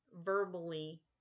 verbally